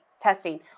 testing